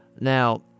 Now